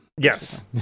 yes